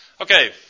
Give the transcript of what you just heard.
Okay